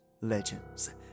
legends